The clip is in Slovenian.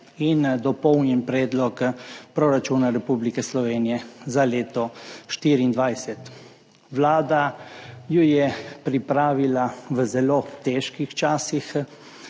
in Dopolnjen predlog proračuna Republike Slovenije za leto 2024. Vlada ju je pripravila v zelo težkih časih,